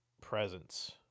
presence